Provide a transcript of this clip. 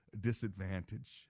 disadvantage